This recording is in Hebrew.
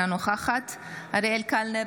אינה נוכחת אריאל קלנר,